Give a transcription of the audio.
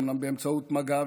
אומנם באמצעות מג"ב,